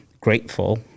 grateful